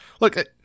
Look